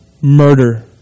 Murder